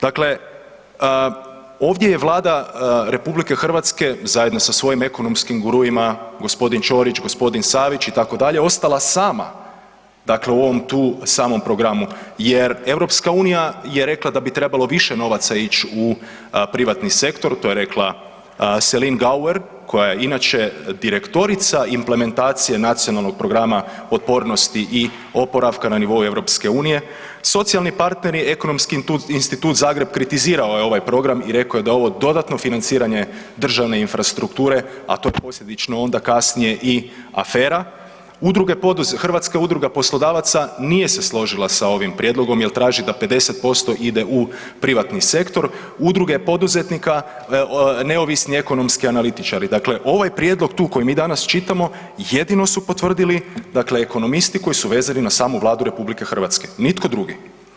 Dakle, ovdje je Vlada RH zajedno sa svojim ekonomskim guruima, g. Ćorić, g. Savić, itd., ostala sama dakle u ovom tu samom programu jer EU je rekla da bi trebalo više novaca ići u privatni sektor, to je rekla Celine Gauer koja je inače direktorica implementacije Nacionalnog plana oporavka i otpornosti na nivou EU, socijalni partneri, Ekonomski institut Zagreb, kritizirao je ovaj program i rekao je da je ovo dodatno financiranje državne infrastrukture, a to posljedično, onda kasnije i afera, udruga poduzetnika, Hrvatska udruga poslodavaca nije se složila sa ovim prijedlogom jer traži da 50% ide u privatni sektor, udruge poduzetnika, neovisni ekonomski analitičari, dakle ovaj prijedlog koji mi danas čitamo, jedino su potvrdili dakle ekonomisti koji su vezani nasamu Vladu RH, nitko drugi.